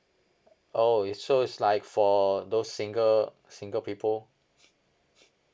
oh is so it's like for those single single people